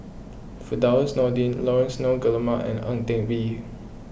Firdaus Nordin Laurence Nunns Guillemard and Ang Teck Bee